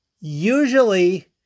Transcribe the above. Usually